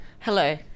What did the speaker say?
Hello